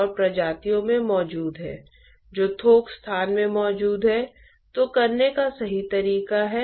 और हम सीमा परत को देखेंगे